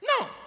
No